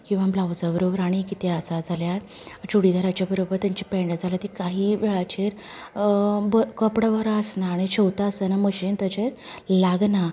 किंवां ब्लावजा बरोबर आनी कितें आसा जाल्यार चुडिदाराचे बरोबर तेंची पेण्ट जाल्यार ती काही वेळाचेर कपडो बरो आसना आनी शिंवता आसतना मशीन ताचेर लागना